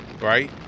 right